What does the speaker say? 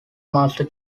master